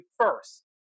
first